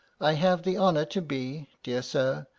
i have the honour to be, dear sir,